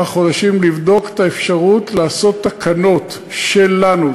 חודשים לבדוק את האפשרות לעשות תקנות שלנו,